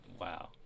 Wow